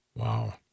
Wow